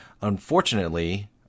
Unfortunately